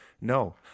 no